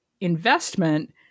investment